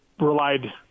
relied